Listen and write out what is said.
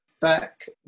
Back